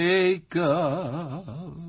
Jacob